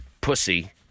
pussy